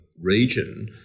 region